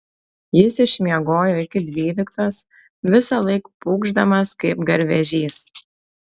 jis išmiegojo iki dvyliktos visąlaik pūkšdamas kaip garvežys